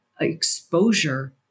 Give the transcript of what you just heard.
exposure